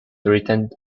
written